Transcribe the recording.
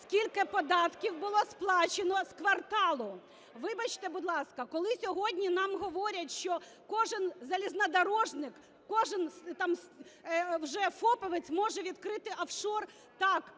скільки податків було сплачено з "кварталу". Вибачте, будь ласка, коли сьогодні нам говорять, що кожен залізничник, кожен вже фопівець може відкрити офшор… Так,